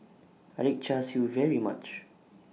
I like Char Siu very much